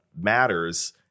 matters